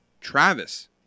Travis